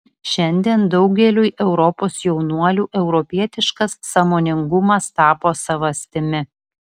šiandien daugeliui europos jaunuolių europietiškas sąmoningumas tapo savastimi